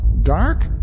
dark